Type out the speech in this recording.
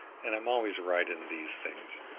and i am always right in these things.